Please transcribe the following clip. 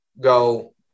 go